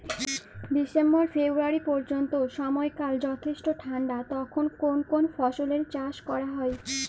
December February পর্যন্ত সময়কাল যথেষ্ট ঠান্ডা তখন কোন কোন ফসলের চাষ করা হয়?